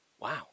wow